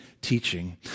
teaching